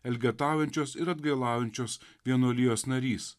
elgetaujančios ir atgailaujančios vienuolijos narys